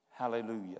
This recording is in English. hallelujah